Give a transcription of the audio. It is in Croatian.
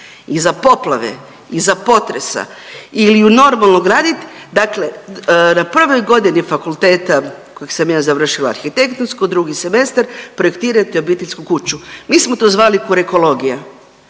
iza poplave, iza potresa ili ju normalno gradit dakle na prvoj godini fakulteta kojeg sam ja završila arhitektonsko drugi semestar projektirajte obiteljsku kuću, mi smo to zvali kurekologija,